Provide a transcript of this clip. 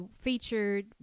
featured